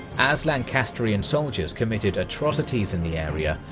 as lancastrian soldiers committed atrocities in the area,